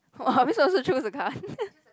!wah! are we supposed to choose the card